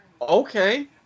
Okay